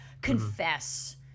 confess